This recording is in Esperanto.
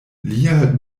lia